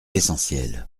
essentielle